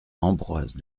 ambroise